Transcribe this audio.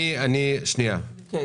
אני אמרתי --- שנייה, אני